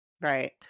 right